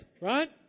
Right